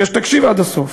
תקשיב עד הסוף.